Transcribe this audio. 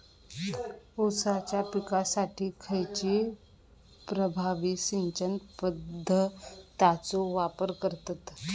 ऊसाच्या पिकासाठी खैयची प्रभावी सिंचन पद्धताचो वापर करतत?